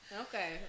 Okay